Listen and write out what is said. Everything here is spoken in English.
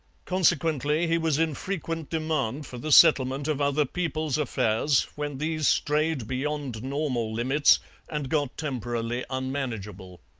consequently he was in frequent demand for the settlement of other people's affairs when these strayed beyond normal limits and got temporarily unmanageable.